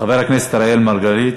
חבר הכנסת אראל מרגלית,